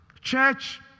Church